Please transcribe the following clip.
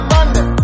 London